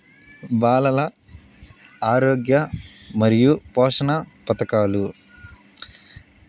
బాలల ఆరోగ్య మరియు పోషణ పథకాలు